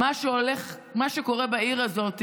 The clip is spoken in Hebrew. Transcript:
מה שקורה בעיר הזאת,